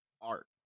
art